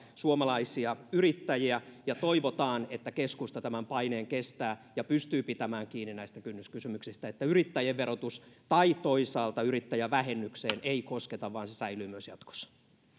suomalaisia yrittäjiä ja toivotaan että keskusta tämän paineen kestää ja pystyy pitämään kiinni näistä kynnyskysymyksistä että yrittäjien verotukseen tai toisaalta yrittäjävähennykseen ei kosketa vaan se säilyy myös jatkossa